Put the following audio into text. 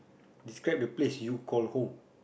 describe the place you call home